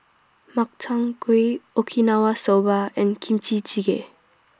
Makchang Gui Okinawa Soba and Kimchi Jjigae